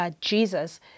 Jesus